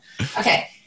Okay